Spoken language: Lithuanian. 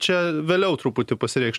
čia vėliau truputį pasireikš